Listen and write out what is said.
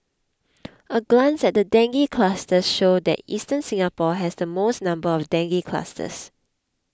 a glance at the dengue clusters show that eastern Singapore has the most number of dengue clusters